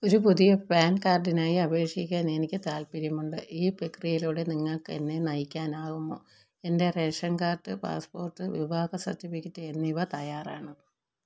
ഒരു പുതിയ പാൻ കാർഡിനായി അപേക്ഷിക്കാൻ എനിക്ക് താൽപ്പര്യമുണ്ട് ഈ പ്രക്രിയയിലൂടെ നിങ്ങക്ക് എന്നെ നയിക്കാനാകുമോ എൻ്റെ റേഷൻ കാർഡ് പാസ്പോർട്ട് വിവാഹ സർട്ടിഫിക്കറ്റ് എന്നിവ തയ്യാറാണ്